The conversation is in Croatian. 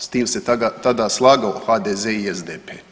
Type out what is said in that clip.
S tim se tada slagao HDZ i SDP.